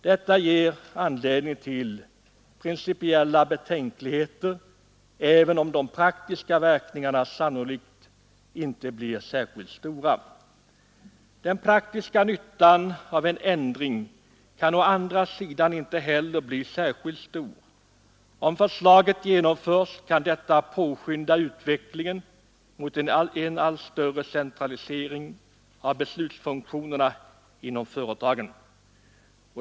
Detta ger anledning till principiella betänkligheter, även om de praktiska verkningarna sannolikt inte blir särskilt stora. Den praktiska nyttan av en ändring kan å andra sidan inte heller bli särskilt stor. Om förslaget genomförs kan detta påskynda utvecklingen mot en allt större centralisering av beslutsfunktionerna inom företagen.